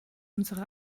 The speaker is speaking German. unsere